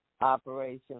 Operation